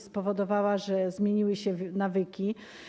Spowodowała, że zmieniły się nawyki.